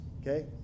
Okay